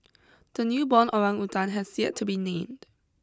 the newborn orangutan has yet to be named